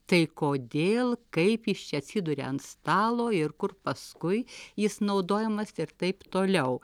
tai kodėl kaip jis čia atsiduria ant stalo ir kur paskui jis naudojamas ir taip toliau